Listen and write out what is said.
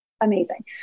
amazing